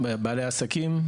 בעלי העסקים.